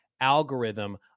algorithm